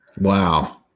Wow